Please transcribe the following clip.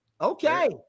Okay